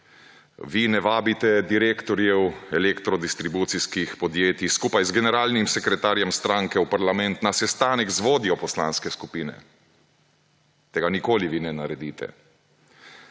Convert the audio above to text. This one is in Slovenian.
Vi ne vabite direktorjev elektrodistribucijskih podjetij skupaj z generalnim sekretarjem stranke v parlament na sestanek z vodjo poslanske skupine – tega nikoli vi ne naredite!